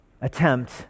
attempt